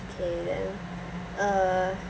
okay then uh